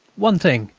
one thing,